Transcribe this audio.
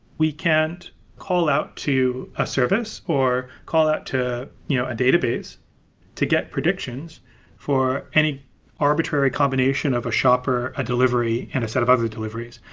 we can't call out to a service or call out to you know a database to get predictions for any arbitrary combination of a shopper, a delivery, and a set of other deliveries.